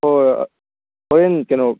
ꯍꯣꯏ ꯍꯣꯔꯦꯟ ꯀꯩꯅꯣ